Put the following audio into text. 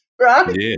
right